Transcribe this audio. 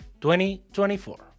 2024